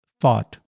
thought